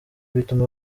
bituma